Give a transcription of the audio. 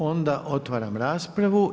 Onda otvaram raspravu.